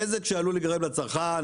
נזק שעלול להיגרם לצרכן,